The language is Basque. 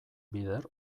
bider